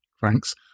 Thanks